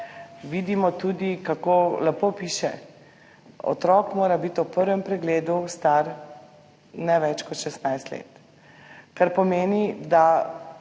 vidimo, kako lepo piše, da mora biti otrok ob prvem pregledu star ne več kot 16 let, kar pomeni, da